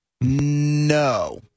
No